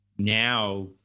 Now